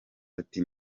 ati